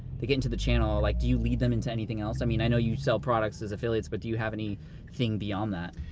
they get into the channel, like do you lead them into anything else? i mean i know you sell products as affiliates, but do you have any thing beyond that.